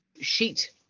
sheet